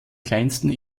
kleinsten